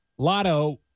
Lotto